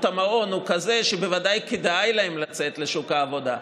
המעון הוא כזה שבוודאי כדאי להן לצאת לשוק העבודה.